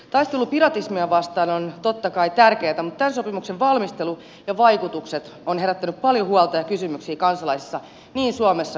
taistelu piratismia vastaan on totta kai tärkeätä mutta tämän sopimuksen valmistelu ja vaikutukset ovat herättäneet paljon huolta ja kysymyksiä kansalaisissa niin suomessa kuin ympäri maailmaa